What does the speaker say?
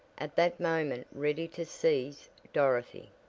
at that moment ready to seize dorothy?